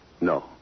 No